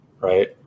right